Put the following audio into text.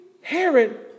Herod